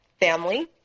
family